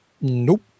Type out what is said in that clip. nope